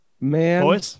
Man